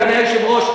אדוני היושב-ראש,